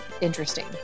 interesting